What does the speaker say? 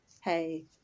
hey